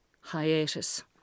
hiatus